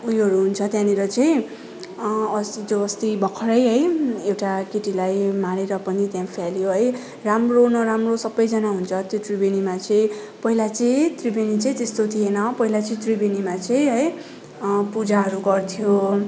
उयोहरू हुन्छ त्यहाँनिर चाहिँ अस्ति जो अस्ति भर्खरै है एउटा केटीलाई मारेर पनि त्यहाँ फाल्यो है राम्रो नराम्रो सबैजना हुन्छ त्यो त्रिवेणीमा चाहिँ पहिला चाहिँ त्रिवेणी चाहिँ त्यस्तो थिएन पहिला चाहिँ त्रिवेणीमा चाहिँ है पूजाहरू गर्थ्यो